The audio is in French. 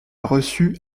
reçu